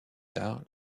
tard